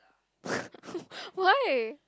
why